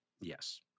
yes